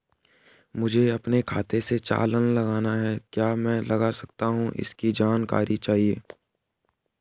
मुझे अपने खाते से चालान लगाना है क्या मैं लगा सकता हूँ इसकी जानकारी चाहिए?